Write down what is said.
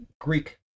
Greek